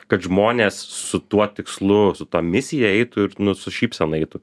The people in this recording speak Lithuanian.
kad žmonės su tuo tikslu su ta misija eitų ir nu su šypsena eitų